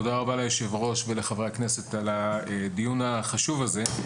תודה רבה ליושב-ראש ולחברי הכנסת על הדיון החשוב הזה.